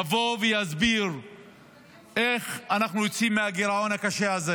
יבוא ויסביר איך אנחנו יוצאים מהגירעון הקשה הזה.